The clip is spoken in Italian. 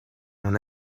non